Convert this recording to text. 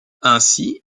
ainsi